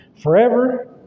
forever